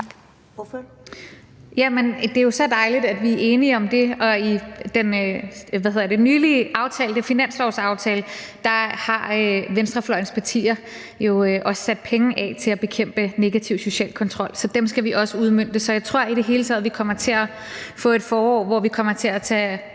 Det er jo så dejligt, at vi er enige om det. I den nylig aftalte finanslovsaftale har venstrefløjens partier jo også sat penge af til at bekæmpe negativ social kontrol, så dem skal vi også udmønte. Så jeg tror i det hele taget, at vi kommer til at få et forår, hvor vi kommer til at tage